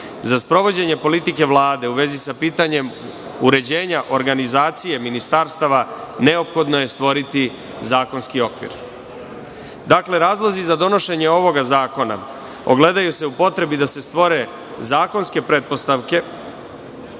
za sprovođenje politike Vlade u vezi sa pitanjem uređenja organizacije ministarstava neophodno je stvoriti zakonski okvir. Dakle, razlozi za donošenje ovog zakona ogledaju se u potrebi da se stvore zakonske pretpostavke